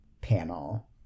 panel